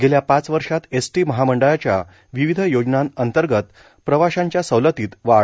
गेल्या पाच वर्षात एसटी महामंडळच्या विविध योजनांअंतर्गत प्रवशांच्या सवलतीत वाढ